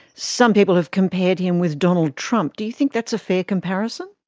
some people have compared him with donald trump. do you think that's a fair comparison?